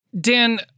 Dan